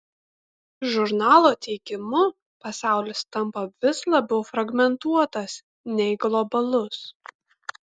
žurnalo teigimu pasaulis tampa vis labiau fragmentuotas nei globalus